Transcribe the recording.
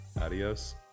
Adios